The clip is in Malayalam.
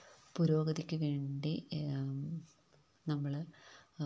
പുരോഗതിക്ക് വേണ്ടി നമ്മൾ